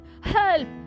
Help